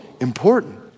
important